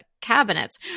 cabinets